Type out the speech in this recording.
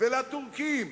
ולטורקים